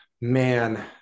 Man